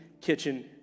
kitchen